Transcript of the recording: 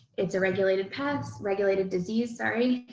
it's a regulated pest, regulated disease, sorry,